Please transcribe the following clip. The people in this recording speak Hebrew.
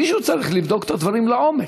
מישהו צריך לבדוק את הדברים לעומק,